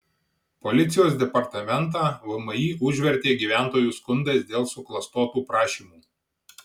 policijos departamentą vmi užvertė gyventojų skundais dėl suklastotų prašymų